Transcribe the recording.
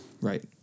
right